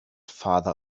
farther